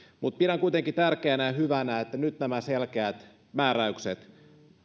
pidän kuitenkin tärkeänä ja hyvänä että nyt nämä selkeät määräykset